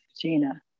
Gina